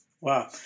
Wow